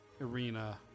Arena